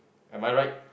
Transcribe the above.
am I right